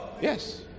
Yes